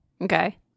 Okay